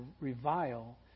revile